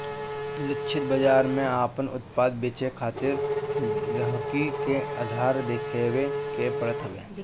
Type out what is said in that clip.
लक्षित बाजार में आपन उत्पाद बेचे खातिर गहकी के आधार देखावे के पड़त हवे